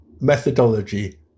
methodology